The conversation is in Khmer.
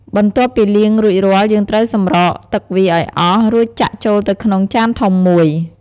បន្ទាប់ពីលាងរួចរាល់ យើងត្រូវសម្រក់ទឹកវាឱ្យអស់ រួចចាក់ចូលទៅក្នុងចានធំមួយ។